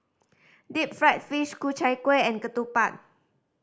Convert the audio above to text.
deep fried fish Ku Chai Kueh and ketupat